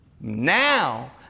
Now